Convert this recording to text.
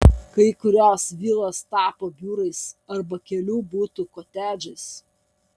kai kurios vilos tapo biurais arba kelių butų kotedžais